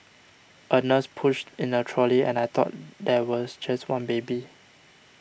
a nurse pushed in a trolley and I thought there was just one baby